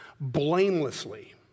blamelessly